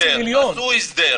שעשו הסדר,